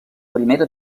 primera